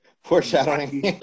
foreshadowing